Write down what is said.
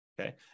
Okay